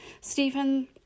Stephen